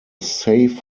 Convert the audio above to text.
safe